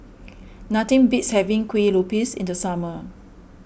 nothing beats having Kuih Lopes in the summer